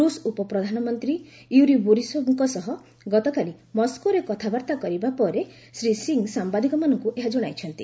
ରୂଷ ଉପପ୍ରଧାନମନ୍ତ୍ରୀ ୟୁରୀ ବୋରିସୋବ୍ଙ୍କ ସହ ଗତକାଲି ମସ୍କୋରେ କଥାବାର୍ତ୍ତା କରିବା ପରେ ଶ୍ରୀ ସିଂହ ସାମ୍ବାଦିକମାନଙ୍କୁ ଏହା ଜଣାଇଛନ୍ତି